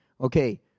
Okay